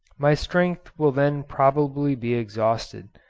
my strength will then probably be exhausted,